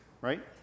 right